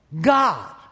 God